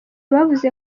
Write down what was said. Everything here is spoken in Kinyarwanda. bavuze